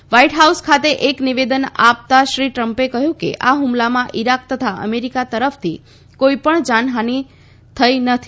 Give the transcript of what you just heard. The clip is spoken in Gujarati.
વ્હાઇટહાઉસ ખાતે એક નિવેદન આપતા શ્રી ટ્રમ્પે કહ્યું કે આ હ્મલામાં ઇરાક તથા અમેરિકા તરફથી કોઈપણ જાનહાની થઈ નથી